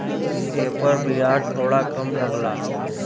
एपर बियाज थोड़ा कम लगला